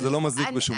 זה לא מזיק בשום מקום.